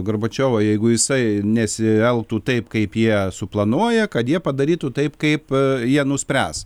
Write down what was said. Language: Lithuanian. gorbačiovo jeigu jisai nesielgtų taip kaip jie suplanuoja kad jie padarytų taip kaip jie nuspręs